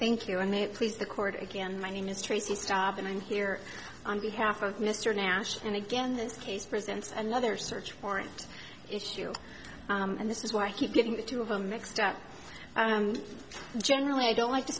thank you and may it please the court again my name is tracy stop and i'm here on behalf of mr nash and again this case presents and other search warrant issue and this is why i keep getting the two of them mixed up and generally i don't like to